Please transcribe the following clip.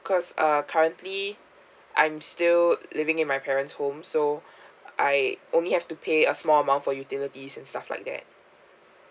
cause uh currently I'm still living in my parents home so I only have to pay a small amount for utilities and stuff like that